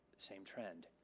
same trend.